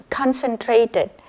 concentrated